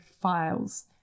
files